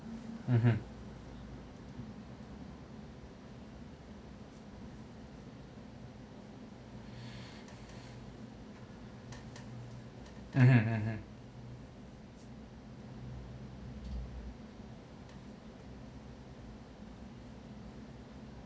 mmhmm mmhmm mmhmm